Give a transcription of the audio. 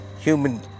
human